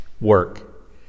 work